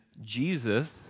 Jesus